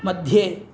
मध्ये